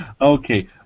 okay